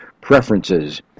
preferences